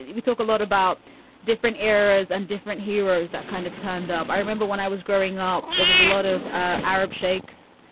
we talk a lot about different eras and different hearer's. that kind of turned up. i remember when i was growing up, there was a lot of ah arab sheiks.